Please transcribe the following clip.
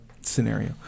scenario